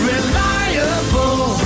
Reliable